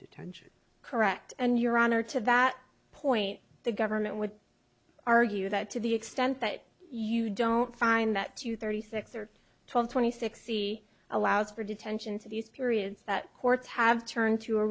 detention correct and your honor to that point the government would argue that to the extent that you don't find that two thirty six or twelve twenty six c allows for detention to these periods that courts have turned to a